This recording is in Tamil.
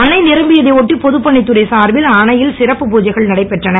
அணை நிரம்பியதை ஒட்டி பொதுப்பணித் துறை சார்பில் அணையில் சிறப்பு பூஜைகள் நடைபெற்றன